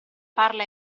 farla